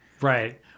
Right